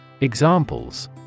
Examples